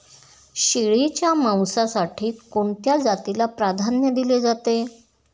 शेळीच्या मांसासाठी कोणत्या जातीला प्राधान्य दिले जाते?